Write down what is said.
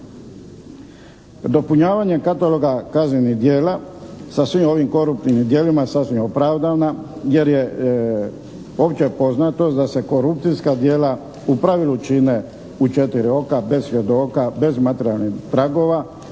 Dopunjavanjem kataloga kaznenih djela sa svim ovim koruptivnim djelima sasvim je opravdana jer je opće poznato da se korupcijska djela u pravilu čine u četiri oka bez svjedoka, bez materijalnih pragova